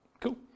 Cool